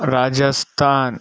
Rajasthan